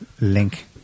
link